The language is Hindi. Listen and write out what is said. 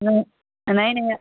नहीं नहीं नहीं